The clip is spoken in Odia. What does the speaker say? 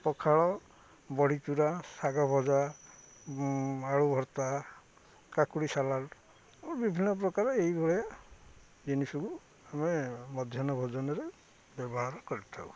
ପଖାଳ ବଢ଼ିଚୁରା ଶାଗ ଭଜା ଆଳୁ ଭର୍ତ୍ତା କାକୁଡ଼ି ସାଲାଡ଼ ଓ ବିଭିନ୍ନ ପ୍ରକାର ଏଇଭଳିଆ ଜିନିଷକୁ ଆମେ ମଧ୍ୟାହ୍ନ ଭୋଜନରେ ବ୍ୟବହାର କରିଥାଉ